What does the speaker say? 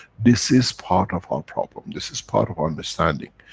this is part of our problem. this is part of understanding.